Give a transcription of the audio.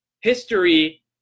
history